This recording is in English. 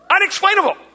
unexplainable